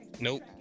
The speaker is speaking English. nope